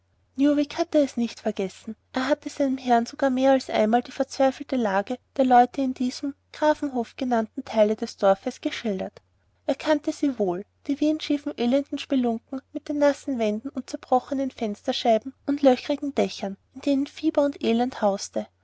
hatte es nicht vergessen er hatte seinem herrn sogar mehr als einmal die verzweifelte lage der leute in diesem grafenhof genannten teile des dorfes geschildert er kannte sie wohl die windschiefen elenden spelunken mit den nassen wänden und zerbrochenen fensterscheiben und löcherigen dächern in denen fieber und elend hauste